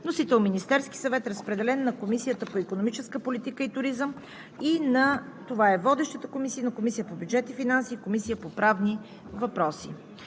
Вносител – Министерският съвет, разпределен на Комисията по икономическа политика и туризъм – това е водещата комисия, на Комисията по бюджет и финанси и Комисията по правни въпроси.